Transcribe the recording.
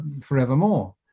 forevermore